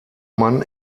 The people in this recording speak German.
man